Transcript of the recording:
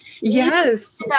Yes